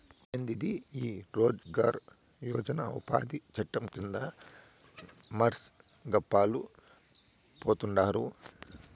యాందిది ఈ రోజ్ గార్ యోజన ఉపాది చట్టం కింద మర్సి గప్పాలు పోతండారు